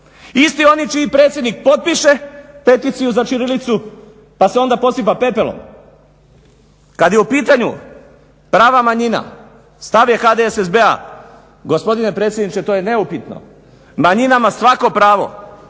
Isti oni čiji predsjednik potpiše peticiju za ćirilicu pa se onda posipa pepelom. Kad su u pitanju prava manjina stav je HDSSB-a gospodine predsjedniče to je neupitno manjinama svako pravo,